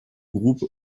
groupe